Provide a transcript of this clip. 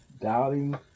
doubting